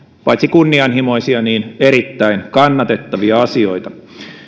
paitsi kunnianhimoisia erittäin kannatettavia asioita